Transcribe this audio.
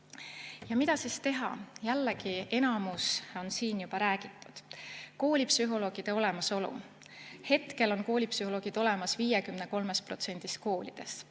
Mida siis teha? Jällegi, suurem osa on siin juba ära räägitud. Koolipsühholoogide olemasolu. Hetkel on koolipsühholoogid olemas 53% koolides.